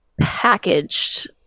packaged